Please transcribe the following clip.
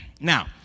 Now